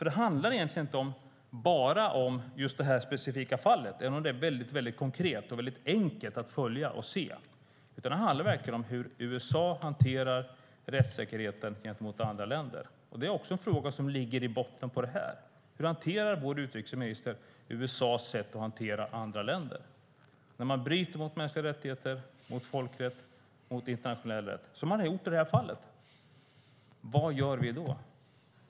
Det handlar inte om bara detta specifika fall, även om det är konkret och enkelt att följa och se. Det handlar om hur USA hanterar rättssäkerheten gentemot andra länder. I botten på detta ligger ännu en fråga: Hur hanterar vår utrikesminister USA:s sätt att hantera andra länder när USA bryter mot mänskliga rättigheter, folkrätt och internationell rätt, vilket man har gjort i detta fall? Vad gör vi då?